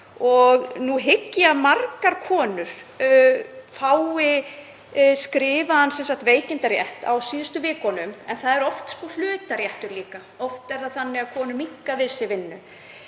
Nú hygg ég að margar konur fái skrifaðan veikindarétt á síðustu vikunum en það er oft hlutaréttur líka. Oft er það þannig að konur minnka við sig vinnu.